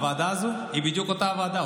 הוועדה הזאת היא בדיוק אותה ועדה,